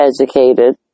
educated